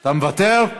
אתה מוותר?